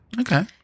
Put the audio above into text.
Okay